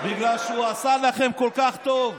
בגלל שהוא עשה לכם כל כך טוב.